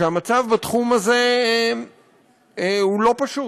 שהמצב בתחום הזה הוא לא פשוט.